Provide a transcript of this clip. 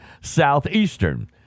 Southeastern